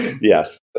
Yes